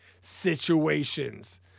situations